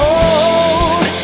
hold